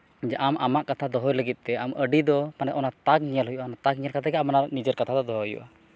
ᱡᱮ ᱟᱢ ᱟᱢᱟᱜ ᱠᱟᱛᱷᱟ ᱫᱚᱦᱚᱭ ᱞᱟᱹᱜᱤᱫ ᱛᱮ ᱟᱢ ᱟᱹᱰᱤ ᱫᱚ ᱢᱟᱱᱮ ᱚᱱᱟ ᱛᱟᱠ ᱧᱮᱞ ᱦᱩᱭᱩᱜᱼᱟ ᱚᱱᱟ ᱛᱟᱠ ᱧᱮᱞ ᱠᱟᱛᱮᱫ ᱜᱮ ᱢᱟᱱᱮ ᱱᱤᱡᱮᱨ ᱠᱟᱛᱷᱟ ᱫᱚ ᱫᱚᱦᱚᱭ ᱦᱩᱭᱩᱜᱼᱟ